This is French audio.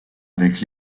avec